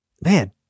man